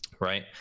right